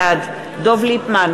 בעד דב ליפמן,